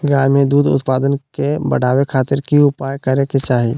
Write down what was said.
गाय में दूध उत्पादन के बढ़ावे खातिर की उपाय करें कि चाही?